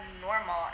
normal